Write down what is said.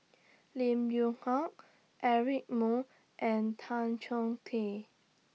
Lim Yew Hock Eric Moo and Tan Chong Tee